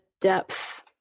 depths